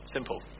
Simple